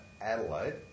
Adelaide